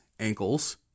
Ankles